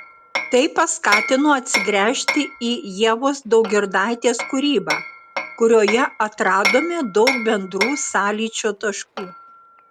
tai paskatino atsigręžti į ievos daugirdaitės kūrybą kurioje atradome daug bendrų sąlyčio taškų